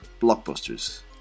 blockbusters